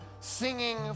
singing